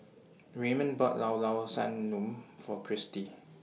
Raymond bought Llao Llao Sanum For Kristi